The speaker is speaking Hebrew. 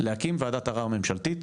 להקים וועדת ערער ממשלתית,